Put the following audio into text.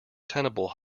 tenable